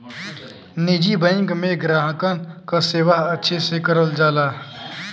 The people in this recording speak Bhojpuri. निजी बैंक में ग्राहकन क सेवा अच्छे से करल जाला